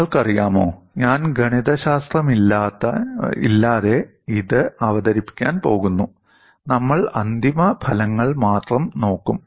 നിങ്ങൾക്കറിയാമോ ഞാൻ ഗണിതശാസ്ത്രമില്ലാതെ ഇത് അവതരിപ്പിക്കാൻ പോകുന്നു നമ്മൾ അന്തിമ ഫലങ്ങൾ മാത്രം നോക്കും